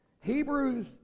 Hebrews